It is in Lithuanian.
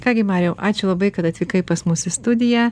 ką gi mariau ačiū labai kad atvykai pas mus į studiją